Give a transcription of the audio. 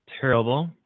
Terrible